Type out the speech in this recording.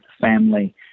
family